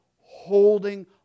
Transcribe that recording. holding